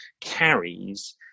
carries